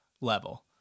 level